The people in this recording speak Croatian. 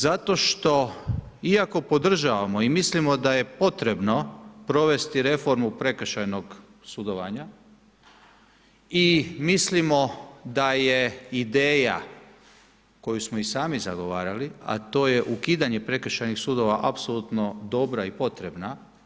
Zato što iako podržavamo i mislimo da je potrebno provesti reformu prekršajnog sudovanja i mislimo da je ideja koju smo i sami zagovarali a to je ukidanje prekršajnih sudova apsolutno dobra i potrebna.